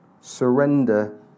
surrender